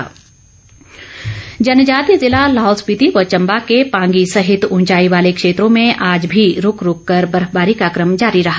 मौसम जनजातीय जिला लाहौल स्पिति व चम्बा के पांगी सहित उंचाई वाले क्षेत्रों में आज भी रूक रूककर बर्फबारी का क्रम जारी रहा